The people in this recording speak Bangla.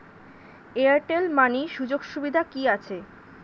এয়ারটেল মানি সুযোগ সুবিধা কি আছে?